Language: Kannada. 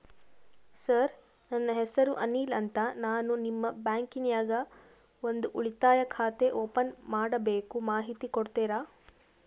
ಸರ್ ನನ್ನ ಹೆಸರು ಅನಿಲ್ ಅಂತ ನಾನು ನಿಮ್ಮ ಬ್ಯಾಂಕಿನ್ಯಾಗ ಒಂದು ಉಳಿತಾಯ ಖಾತೆ ಓಪನ್ ಮಾಡಬೇಕು ಮಾಹಿತಿ ಕೊಡ್ತೇರಾ?